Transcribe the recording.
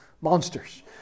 Monsters